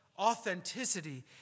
Authenticity